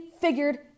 figured